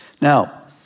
Now